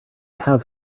have